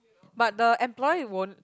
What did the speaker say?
but the employer won't